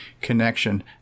connection